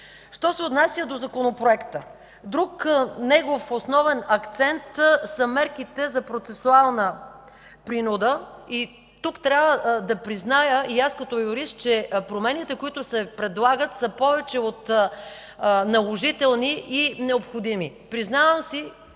Що се отнася до Законопроекта, друг негов основен акцент са мерките за процесуална принуда. Тук трябва да призная и аз като юрист, че промените, които се предлагат, са повече от наложителни и необходими. Признавам си,